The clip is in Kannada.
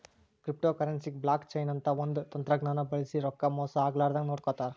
ಕ್ರಿಪ್ಟೋಕರೆನ್ಸಿಗ್ ಬ್ಲಾಕ್ ಚೈನ್ ಅಂತ್ ಒಂದ್ ತಂತಜ್ಞಾನ್ ಬಳ್ಸಿ ರೊಕ್ಕಾ ಮೋಸ್ ಆಗ್ಲರದಂಗ್ ನೋಡ್ಕೋತಾರ್